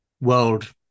world